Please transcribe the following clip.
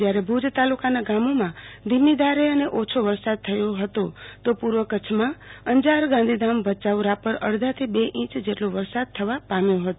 જયારે ભુજ તાલુકાના ગામોમાં ધીમી ધારે અને ઓછો વરસાદ થયો હતો તો પુર્વ કચ્છમાં અંજાર ગાંધીધામભયાઉરાપર અડધાથી બે ઈંચ જેટલો વરસાદ થવા પામ્યો હતો